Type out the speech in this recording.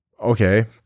Okay